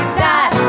die